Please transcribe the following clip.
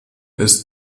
ist